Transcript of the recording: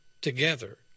together